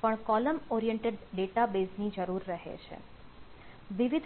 પણ અહીં column oriented database ની જરૂર રહે છે